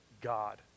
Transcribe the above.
God